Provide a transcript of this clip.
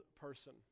person